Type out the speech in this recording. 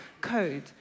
code